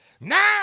Now